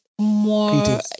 more